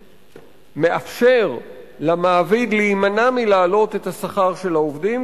מאפשר למעביד להימנע מלהעלות את השכר של העובדים,